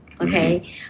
Okay